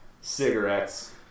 cigarettes